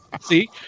See